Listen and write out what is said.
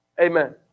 Amen